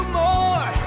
more